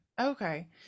Okay